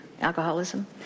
alcoholism